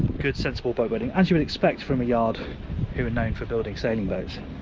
good sensible boat building as you would expect from a yard who are known for building sailing boats.